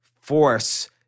force